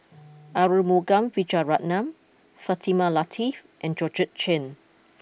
Arumugam Vijiaratnam Fatimah Lateef and Georgette Chen